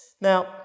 Now